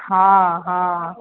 હં હં